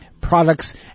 products